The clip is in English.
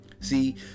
See